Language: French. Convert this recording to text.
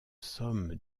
somme